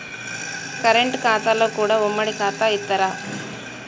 Current ఖాతాలో కూడా ఉమ్మడి ఖాతా ఇత్తరా?